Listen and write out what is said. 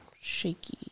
Shaky